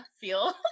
feel